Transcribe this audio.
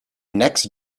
next